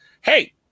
hey